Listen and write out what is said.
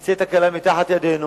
תצא תקלה מתחת ידינו,